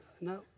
No